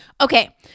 Okay